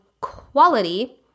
quality